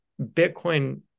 Bitcoin